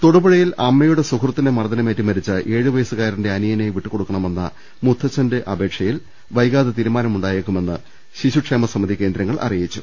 തൊടുപുഴയിൽ അമ്മയുടെ സുഹൃത്തിന്റെ മർദ്ദനമേറ്റ് മരിച്ച ഏഴു വയസ്സുകാരന്റെ അനിയനെ വിട്ടുകൊടുക്കണമെന്ന മുത്തച്ഛന്റെ അപേക്ഷയിൽ വൈകാതെ തീരുമാനമുണ്ടായേക്കുമെന്ന് ശിശുക്ഷേമ സമിതി കേന്ദ്രങ്ങൾ അറി യിച്ചു